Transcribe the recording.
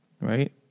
right